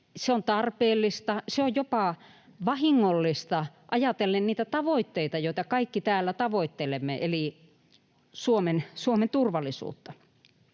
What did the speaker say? Se on tarpeetonta, se on jopa vahingollista ajatellen niitä tavoitteita, joita kaikki täällä tavoittelemme, eli Suomen turvallisuutta.